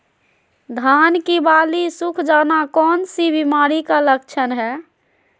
धान की बाली सुख जाना कौन सी बीमारी का लक्षण है?